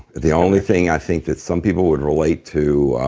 the only thing i think that some people would relate to,